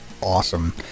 awesome